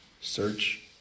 Search